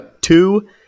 two